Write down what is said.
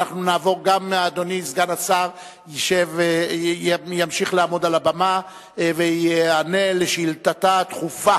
אדוני סגן השר ימשיך לעמוד על הבמה ויענה על שאילתתה הדחופה